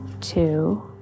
two